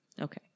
Okay